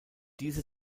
diese